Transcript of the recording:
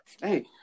Hey